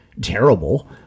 terrible